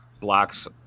blocks